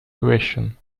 question